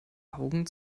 augen